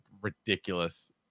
ridiculous